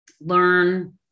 learn